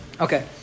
Okay